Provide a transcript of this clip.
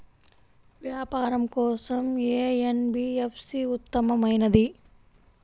వ్యాపారం కోసం ఏ ఎన్.బీ.ఎఫ్.సి ఉత్తమమైనది?